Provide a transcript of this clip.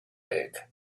egg